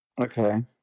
okay